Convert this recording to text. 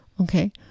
Okay